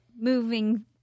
moving